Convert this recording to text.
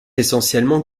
essentiellement